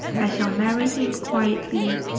i shall marry him quietly,